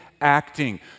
acting